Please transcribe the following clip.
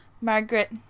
Margaret